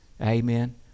Amen